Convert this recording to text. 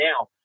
now